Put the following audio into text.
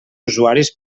usuaris